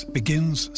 begins